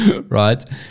Right